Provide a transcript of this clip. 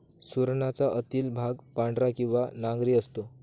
सुरणाचा आतील भाग पांढरा किंवा नारंगी असतो